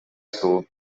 school